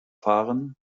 fahren